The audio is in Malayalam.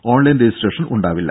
ഓൺലൈൻ രജിസ്ട്രേഷൻ ഉണ്ടാകില്ല